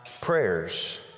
prayers